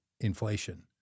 inflation